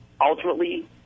ultimately